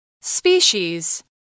Species